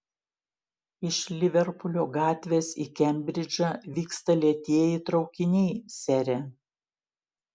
iš liverpulio gatvės į kembridžą vyksta lėtieji traukiniai sere